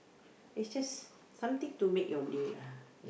is just something to make your day lah